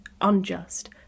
unjust